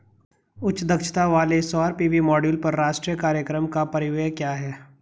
उच्च दक्षता वाले सौर पी.वी मॉड्यूल पर राष्ट्रीय कार्यक्रम का परिव्यय क्या है?